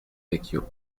vecchio